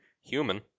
Human